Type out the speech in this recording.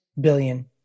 billion